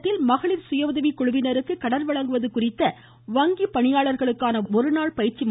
ராமன் சேலத்தில் மகளிர் சுய உதவி குழுவினருக்கு கடன் வழங்குவது குறித்த வங்கிப் பணியாளர்களுக்கான ஒருநாள் பயிற்சி திரு